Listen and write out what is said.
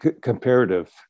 comparative